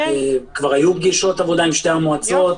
כבר היו פגישות עבודה עם שתי המועצות,